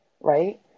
right